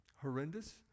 horrendous